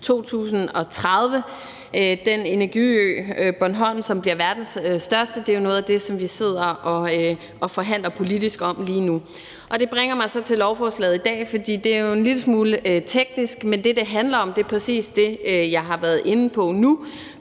Den energiø ved Bornholm, som bliver verdens største, er jo noget af det, som vi sidder og forhandler politisk om lige nu. Det bringer mig så til lovforslaget i dag. For det er jo en lille smule teknisk, men det, som det handler om, er præcis det, som jeg har været inde på nu.